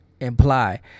imply